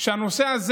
שהנושא הזה